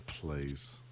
please